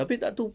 tapi tak tahu